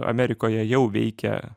amerikoje jau veikia